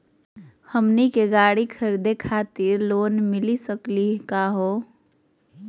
हमनी के गाड़ी खरीदै खातिर लोन मिली सकली का हो?